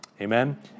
amen